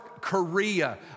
Korea